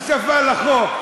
הוספה לחוק?